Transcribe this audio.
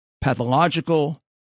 pathological